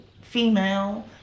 female